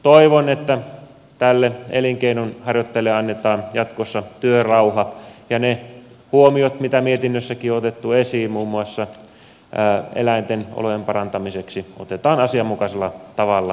toivon että tämän elinkeinon harjoittajille annetaan jatkossa työrauha ja ne huomiot mitä mietinnössäkin on otettu esiin muun muassa eläinten olojen parantamiseksi otetaan asianmukaisella tavalla huomioon ja toteutukseen